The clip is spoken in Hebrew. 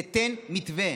תיתן מתווה.